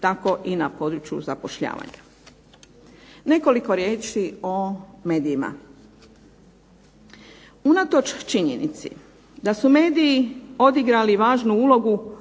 tako i na području zapošljavanja. Nekoliko riječ o medijima. Unatoč činjenici da su mediji odigrali važnu ulogu